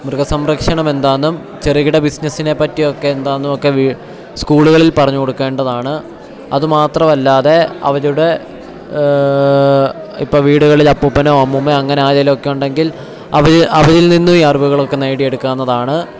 മൃഗസരക്ഷണം എന്താണെന്നും ചെറുകിട ബിസിനസ്സിനെപ്പറ്റിയൊക്കെ എന്താണെന്നുമൊക്കെ സ്കൂളുകളിൽ പറഞ്ഞു കൊടുക്കേണ്ടതാണ് അതുമാത്രമല്ലാതെ അവരുടെ ഇപ്പം വീടുകളിൽ അപ്പൂപ്പനോ അമ്മൂമ്മയോ അങ്ങനെ ആരേലൊക്കെ ഉണ്ടെങ്കിൽ അവർ അവരിൽനിന്നും ഈ അറിവുകളൊക്കെ നേടിയെടുക്കാവുന്നതാണ്